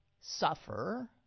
suffer